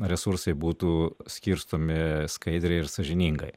resursai būtų skirstomi skaidriai ir sąžiningai